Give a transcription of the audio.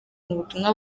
butumwa